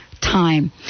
time